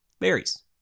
varies